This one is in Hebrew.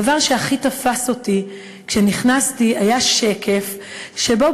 הדבר שהכי תפס אותי כשנכנסתי היה שקף שבו